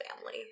family